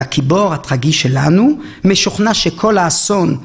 הגיבור הטראגי שלנו משוכנע שכל האסון